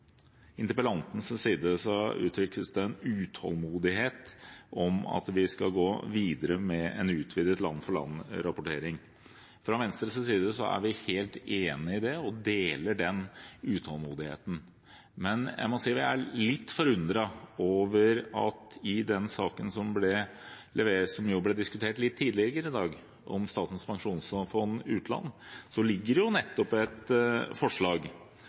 side uttrykkes det en utålmodighet for at vi skal gå videre med en utvidet land-for-land-rapportering. Fra Venstres side er vi helt enig i det og deler den utålmodigheten. Men jeg er litt forundret med hensyn til den saken som ble diskutert litt tidligere i dag, om Statens pensjonsfond utland, for der ligger det nettopp et forslag